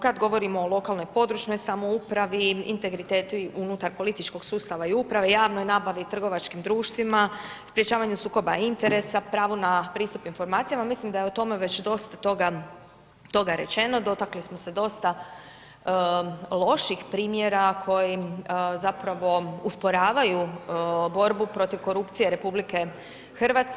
Kad govorimo o lokalnoj i područnoj samoupravi, integriteti unutar političkog sustava i uprava, javnoj nabavi, trgovačkim društvima, sprečavanju sukoba interesa, pravo na pristup informacijama, mislim da je o tome već dosta toga rečeno, dotakli smo se dosta loših primjera koji zapravo usporavaju borbu protiv korupcije RH.